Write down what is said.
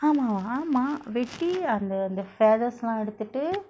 ஆமா ஆமா ஆமா வெட்டி அந்த அந்த:aamaaa aamaaa aamaaa vetdi andtha andtha feathers lah எடுத்துட்டு:eduthutdu